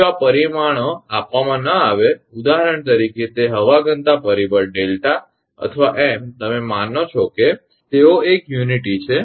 જો આ પરિમાણો આપવામાં ન આવે ઉદાહરણ તરીકે તે હવા ઘનતા પરિબળ 𝛿 અથવા 𝑚 તમે માનો છો કે તેઓ એક છે